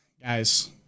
Guys